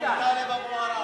שום טלב אבו עראר.